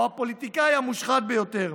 הוא הפוליטיקאי המושחת ביותר.